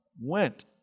Went